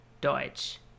Deutsch